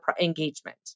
engagement